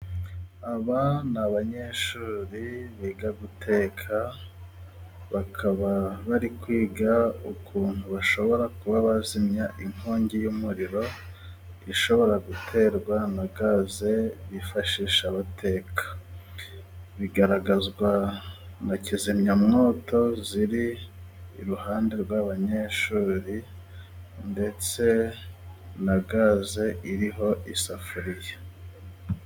Aba ni abanyeshuri biga guteka, bakaba bari kwiga ukuntu bashobora kuba bazimya inkongi y'umuriro, ishobora guterwa na gaze bifashisha bateka bigaragazwa na kizimyamwoto, ziri iruhande rw'abanyeshuri ndetse na gaze iriho isafuriya.